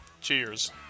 cheers